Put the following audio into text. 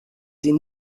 sie